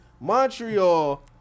Montreal